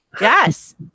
Yes